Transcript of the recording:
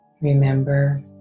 Remember